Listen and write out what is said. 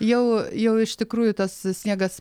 jau jau iš tikrųjų tas sniegas